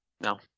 No